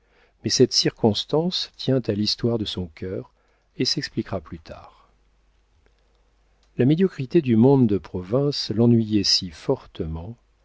mais cette circonstance tient à l'histoire de son cœur et s'expliquera plus tard la médiocrité du monde de province l'ennuyait si fortement